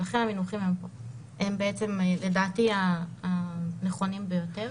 לכן המינוחים הם לדעתי הנכונים ביותר.